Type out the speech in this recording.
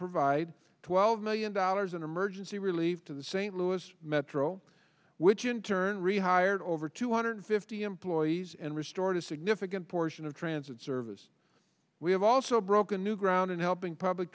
provide twelve million dollars in emergency relief to the st louis metro which in turn rehired over two hundred fifty employees and restored a significant portion of transit service we have also broken new ground in helping public